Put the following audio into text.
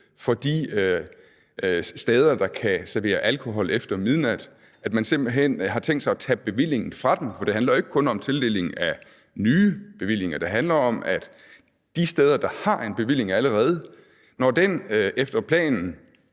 for de steder, der kan servere alkohol efter midnat? Man har simpelt hen tænkt sig at tage bevillingen fra dem, for det handler jo ikke kun om tildeling af nye bevillinger. Det handler om, at når bevillingen de steder, der allerede har en bevilling,